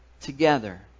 together